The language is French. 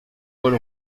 paul